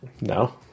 No